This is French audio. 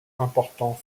important